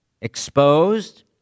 Exposed